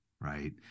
right